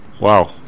Wow